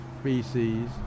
species